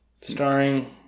Starring